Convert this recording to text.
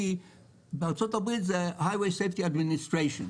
כי בארצות הברית זה Highway safety administration.